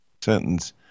sentence